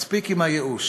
מספיק עם הייאוש.